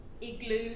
igloo